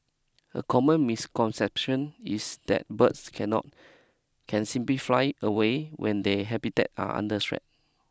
a common misconception is that birds cannot can simply fly away when they habitat are under threat